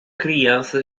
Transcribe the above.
criança